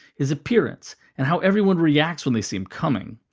his appearance, and how everyone reacts when they see him coming.